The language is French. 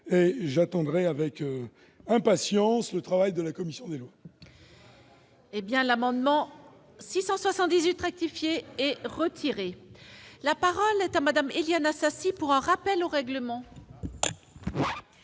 et j'attendrai avec impatience le travail de la commission des lois. L'amendement n° 678 rectifié est retiré. La parole est à Mme Éliane Assassi, pour un rappel au règlement.